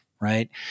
right